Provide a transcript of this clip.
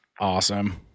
Awesome